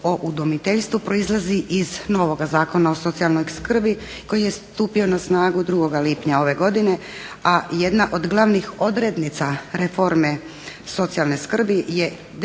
o udomiteljstvu proizlazi iz novoga Zakona o socijalnoj skrbi koji je stupio na snagu 2.lipnja ove godine, a jedna od glavnih odrednica reforme socijalne skrbi je